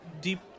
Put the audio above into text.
deep